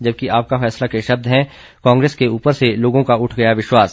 जबकि आपका फैसला के शब्द हैं कांग्रेस के ऊपर से लोगों का उठ गया विश्वास